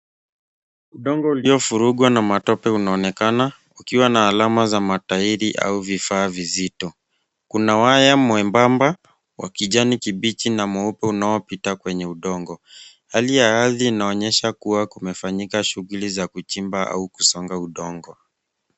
Udongo uliofurugwa na matope unaonekana ukiwa na alama za matairi au vifaa vizito. Kuna waya mwebamba wa kijani kibichi mweupe unaopita kwenye udongo. Hali ya ardhi inaonyesha kuwa kunafanyika shughuli ya kuchimba au kusonga udongo.